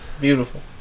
Beautiful